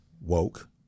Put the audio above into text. woke